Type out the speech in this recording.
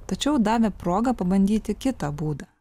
tačiau davė progą pabandyti kitą būdą